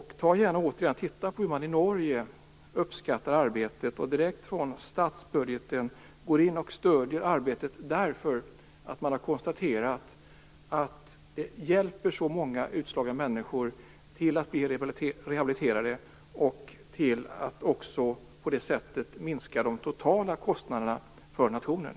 Titta gärna återigen på hur man i Norge uppskattar arbetet och direkt från statsbudgeten går in och stöder arbetet, därför att man har konstaterat att det hjälper så många utslagna människor att bli rehabiliterade och att man på det sättet minskar de totala kostnaderna för nationen.